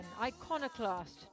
iconoclast